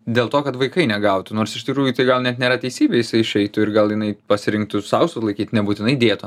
dėl to kad vaikai negautų nors iš tikrųjų tai gal net nėra teisybė jisai išeitų ir gal jinai pasirinktų sau sulaikyt nebūtinai dėtų